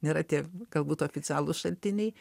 nėra tie galbūt oficialūs šaltiniai